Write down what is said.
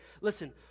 Listen